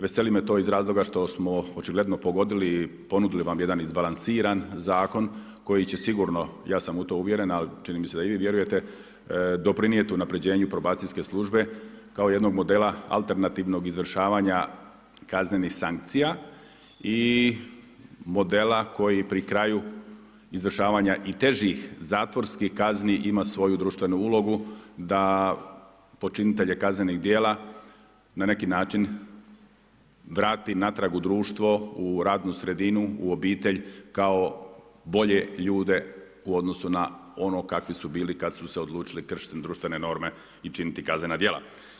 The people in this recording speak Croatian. Veseli me to iz razloga što smo očigledno pogodili i ponudili vam jedan izbalansiran zakon koji će sigurno, ja sam u to uvjeren ali čini mi se da i vi vjerujete, doprinijeti unapređenju probacijske službe kao jednog modela alternativnog izvršavanja kaznenih sankcija i modela koji pri kraju izvršavanja i težih zatvorskih kazni ima svoju društvenu ulogu da počinitelje kaznenih djela na neki način vrati natrag u društvo, u radnu sredinu, u obitelj kao bolje ljude u odnosu na ono kakvi su bili kad su se odlučili kršiti društvene norme u činiti kaznena djela.